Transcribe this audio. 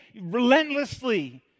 relentlessly